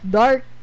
dark